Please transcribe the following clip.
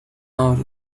out